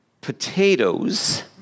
potatoes